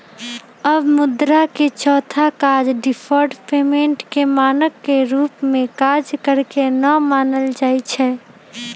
अब मुद्रा के चौथा काज डिफर्ड पेमेंट के मानक के रूप में काज करेके न मानल जाइ छइ